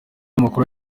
amakuru